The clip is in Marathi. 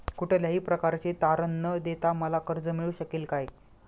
कुठल्याही प्रकारचे तारण न देता मला कर्ज मिळू शकेल काय?